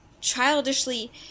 childishly